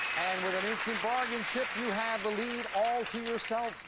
and with an instant bargain, chip, you have the lead all to yourself.